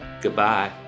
Goodbye